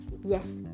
Yes